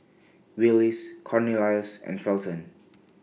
Willis Cornelius and Felton